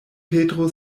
petro